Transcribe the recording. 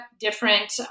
different